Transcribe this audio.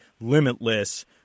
limitless